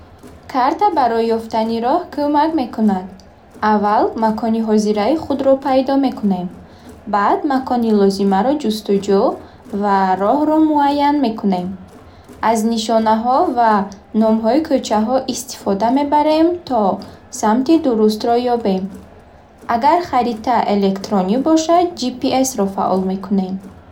Карта барои ёфтани роҳ кӯмак мекунад. Аввал макони ҳозираи худро пайдо мекунем. Баъд макони лозимаро ҷустуҷӯ ва роҳро муайян мекунем. Аз нишонаҳо ва номҳои кӯчаҳо истифода мебарем, то самти дурустро ёбем. Агар харита электронӣ бошад, ҷи пи эсро фаъол мекунем.